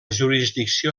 jurisdicció